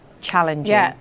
Challenging